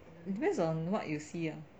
depends on what you see ah